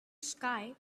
sky